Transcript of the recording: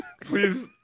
Please